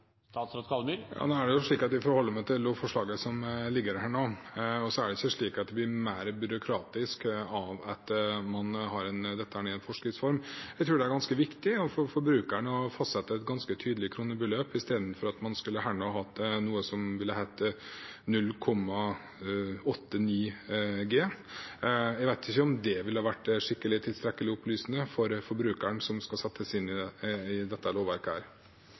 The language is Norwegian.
Nå er det slik at jeg forholder meg til lovforslaget som ligger her nå. Det er ikke slik at det blir mer byråkratisk av at man har dette i forskrifts form. Jeg tror det er ganske viktig overfor forbrukeren å fastsette et ganske tydelig kronebeløp i stedet for å ha noe som ville hete 0,8 eller 0,9 G. Jeg vet ikke om det ville ha vært tilstrekkelige opplysninger for forbrukeren som skal sette seg inn i dette lovverket. SV er veldig opptatt av at i